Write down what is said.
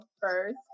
first